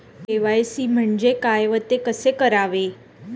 KYC म्हणजे काय व कसे करावे?